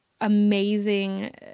amazing